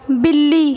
ਬਿੱਲੀ